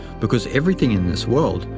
because everything in this world,